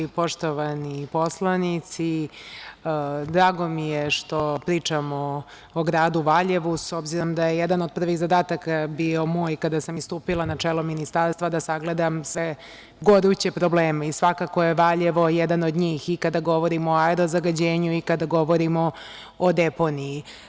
Poštovani poslanici, drago mi je što pričamo o gradu Valjevu, s obzirom da je jedan od prvih zadataka bio moj kada sam i stupila na čelo Ministarstva da sagledam sve goruće probleme i svakako je Valjevo jedan od njih, i kada govorimo o aerozagađenju i kada govorimo o deponiji.